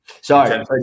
Sorry